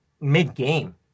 mid-game